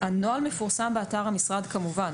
הנוהל מפורסם באתר המשרד, כמובן.